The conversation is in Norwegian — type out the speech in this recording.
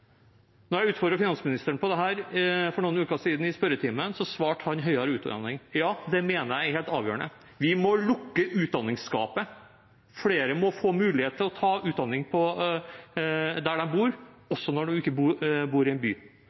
jeg utfordret finansministeren på dette for noen uker siden i spørretimen, svarte han: høyere utdanning. Ja, det mener jeg er helt avgjørende. Vi må lukke utdanningsgapet. Flere må få mulighet til å ta utdanning der de bor, også når de ikke bor i en by.